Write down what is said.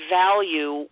value